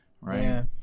right